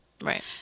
Right